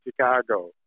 Chicago